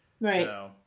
Right